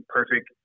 perfect